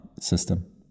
system